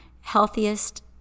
healthiest